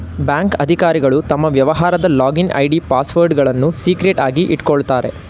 bank ಅಧಿಕಾರಿಗಳು ತಮ್ಮ ವ್ಯವಹಾರದ ಲಾಗಿನ್ ಐ.ಡಿ, ಪಾಸ್ವರ್ಡ್ಗಳನ್ನು ಸೀಕ್ರೆಟ್ ಆಗಿ ಇಟ್ಕೋತಾರೆ